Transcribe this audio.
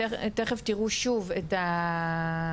תיכף תיראו שוב את הגזים.